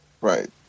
Right